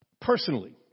Personally